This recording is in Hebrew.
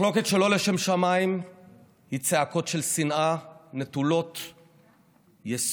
מחלוקת שלא לשם שמיים היא צעקות של שנאה נטולות יסוד,